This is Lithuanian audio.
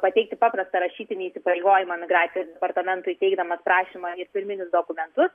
pateikti paprastą rašytinį įsipareigojimą migracijos departamentui teikdamas prašymą į pirminius dokumentus